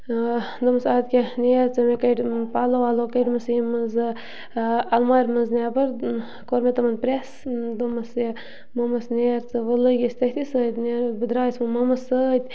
دوٚپمَس آد کیٛاہ نیر ژٕ وۄنۍ کٔڑۍ پَلو وَلو کٔڑۍمَس ییٚمہِ منٛز یہِ اَلمارِ منٛز نٮ۪بَر کوٚر مےٚ تِمَن پرٛٮ۪س دوٚپمَس یہِ مۄمَس نیر ژٕ وٕنۍ لٔگۍ أسۍ تٔتھی سۭتۍ بہٕ درٛایَس وۄنۍ مۄمَس سۭتۍ